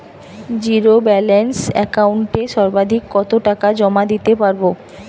Zero balance একাউন্টে সর্বাধিক কত টাকা জমা দিতে পারব?